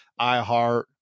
iHeart